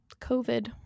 COVID